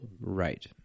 right